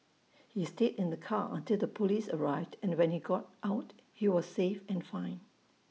he stayed in the car until the Police arrived and when he got out he was safe and fine